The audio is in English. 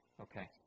Okay